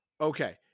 Okay